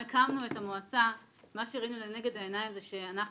כשהקמנו את מועצת ארגוני הנוער ראינו לנגד העיניים שאנחנו